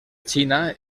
xina